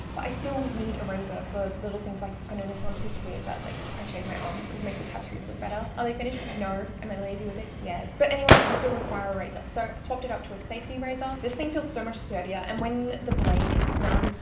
but i still need a razor for little things like i know this sounds super weird, but like i shave my arms because it makes the tattoos look better. are they finished? no. am i lazy with it? yes. but anyway, i still require a razor, so i swapped it out to a safety razor. this thing feels so much sturdier. and when the blade is done,